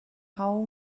how